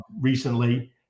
recently